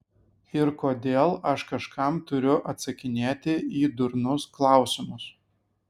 ir kodėl aš kažkam turiu atsakinėti į durnus klausimus